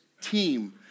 team